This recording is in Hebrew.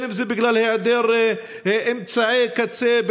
אם בגלל היעדר אמצעי קצה,